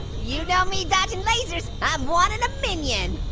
you know me dodging lasers. i'm one in a minion.